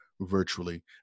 virtually